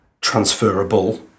transferable